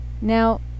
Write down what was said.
Now